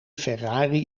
ferrari